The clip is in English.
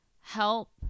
help